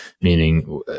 meaning